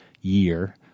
year